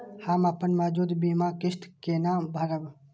हम अपन मौजूद बीमा किस्त केना भरब?